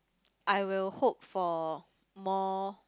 I will hope for more